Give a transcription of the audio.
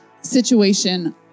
situation